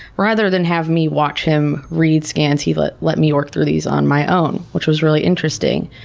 rather than have me watch him read scans, he let let me work through these on my own, which was really interesting.